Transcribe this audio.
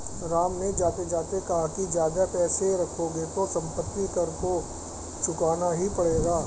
राम ने जाते जाते कहा कि ज्यादा पैसे रखोगे तो सम्पत्ति कर तो चुकाना ही पड़ेगा